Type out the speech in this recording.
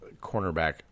cornerback